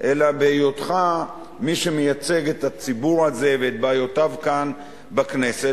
אלא מהיותך מי שמייצג את הציבור הזה ואת בעיותיו כאן בכנסת,